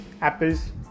apples